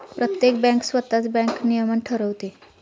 प्रत्येक बँक स्वतःच बँक नियमन ठरवते